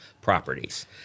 properties